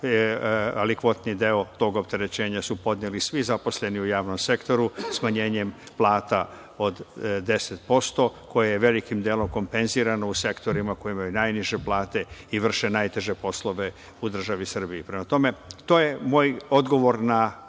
tako, kvotni deo tog opterećenja su podneli svi zaposleni u javnom sektoru smanjenjem plata od 10%, koje je velikim delom kompenzirano u sektorima koji imaju najniže plate i vrše najteže poslove u državi Srbiji. Prema tome, to je moj odgovor na